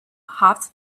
hopped